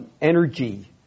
energy